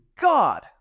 God